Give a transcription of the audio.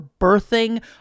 birthing